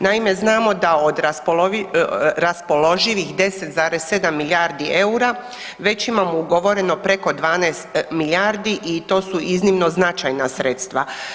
Naime, znamo da od raspoloživih 10,7 milijardi eura već imamo ugovoreno preko 12 milijardi i to su iznimno značajna sredstva.